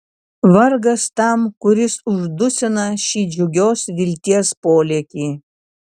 vargas tam kuris uždusina šį džiugios vilties polėkį